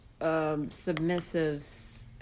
submissives